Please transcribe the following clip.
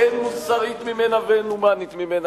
שאין מוסרית ממנה ואין הומנית ממנה,